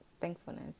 thankfulness